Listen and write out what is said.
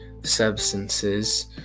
substances